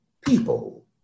people